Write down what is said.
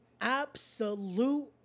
absolute